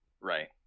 Right